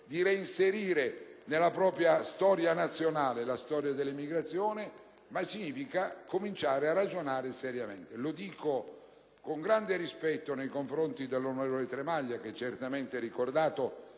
di reinserire nella propria storia nazionale la storia dell'emigrazione. Bisogna anche cominciare a ragionare seriamente. Lo dico con grande rispetto nei confronti dell'onorevole Tremaglia, che è ricordato